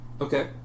Okay